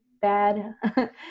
bad